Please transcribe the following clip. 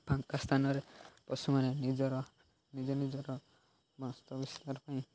ଫାଙ୍କା ସ୍ଥାନରେ ପଶୁମାନେ ନିଜର ନିଜ ନିଜର ବଂଶ ବିସ୍ତାର ପାଇଁ